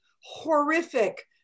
horrific